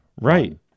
Right